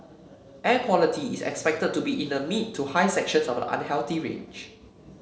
air quality is expected to be in the mid to high sections of the unhealthy range